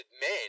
men